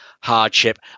hardship